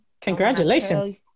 Congratulations